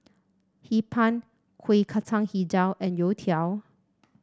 Hee Pan Kuih Kacang hijau and youtiao